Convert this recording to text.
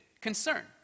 concern